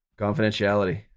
confidentiality